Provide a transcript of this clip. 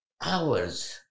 hours